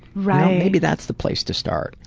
maybe that's the place to start.